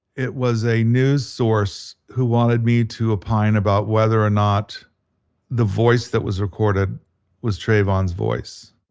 it was a news source who wanted me to opine about whether or not the voice that was recorded was trayvon's voice